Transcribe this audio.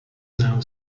now